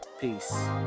peace